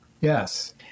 Yes